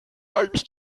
eigentlich